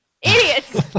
Idiots